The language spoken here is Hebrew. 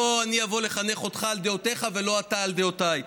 לא אני אבוא לחנך אותך על דעותיך ולא אתה אותי על דעותיי.